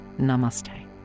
Namaste